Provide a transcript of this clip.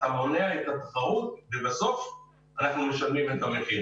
אתה מונע את התחרות ובסוף אנחנו משלמים את המחיר.